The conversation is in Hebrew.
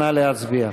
נא להצביע.